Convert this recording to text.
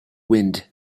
wind